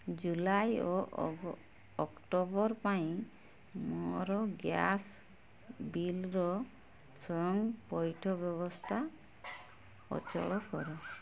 ଜୁଲାଇ ଓ ଅଗ ଅକ୍ଟୋବର ପାଇଁ ମୋର ଗ୍ୟାସ୍ ବିଲ୍ର ସ୍ଵୟଂ ପଇଠ ବ୍ୟବସ୍ଥା ଅଚଳ କର